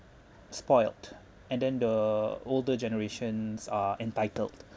spoilt and then the older generations are entitled